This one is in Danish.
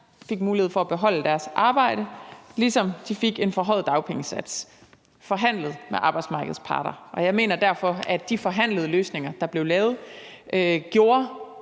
fik mulighed for at beholde deres arbejde, ligesom de fik en forhøjet dagpengesats, hvilket var forhandlet med arbejdsmarkedets parter. Jeg mener derfor, at de forhandlede løsninger, der blev lavet, gjorde